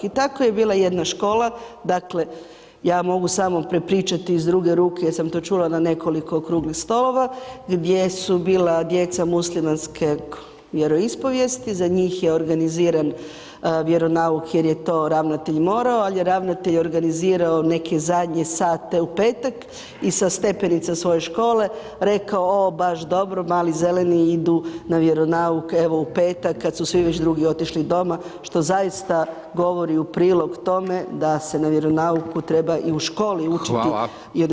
I tako je bila jedna škola, dakle, ja mogu samo prepričati iz druge ruke, ja sam to čula na nekoliko Okruglih stolova, gdje su bila djeca muslimanske vjeroispovijesti, za njih je organiziran vjeronauk jer je to ravnatelj morao, al je ravnatelj organizirao neke zadnje sate u petak i sa stepenica svoje škole rekao, o baš dobro, mali zeleni idu na vjeronauk, evo, u petak, kad su svi već drugi otišli doma, što zaista govori u prilog tome da se na vjeronauku treba i u školi učiti [[Upadica: Hvala]] i odgajati djecu.